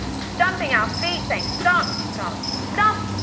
stomping our feet. say stomp stomp stomp,